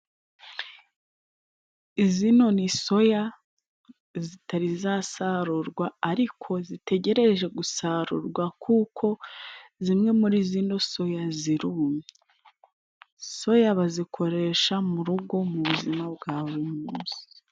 Zino ni soya zitari zasarurwa ariko zitegereje gusarurwa kuko zimwe muri zino soya zirumye. Soya bazikoresha mu rugo mu buzima bwa buri munsi.